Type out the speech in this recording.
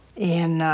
and